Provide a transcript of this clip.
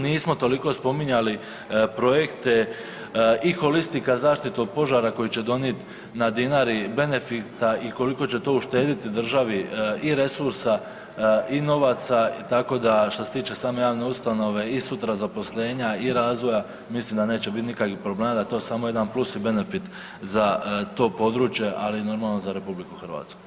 Nismo toliko spominjali projekte i holistika zaštitu od požara koji će donijeti na Dinari benefita i koliko će to uštedjeti državi i resursa, i novaca tako da što se tiče same javne ustanove i sutra zaposlenja i razvoja mislim da neće biti nikakvih problema, da je to samo jedan plus i benefit za to područje, ali normalno za Republiku Hrvatsku.